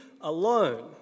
alone